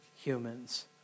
humans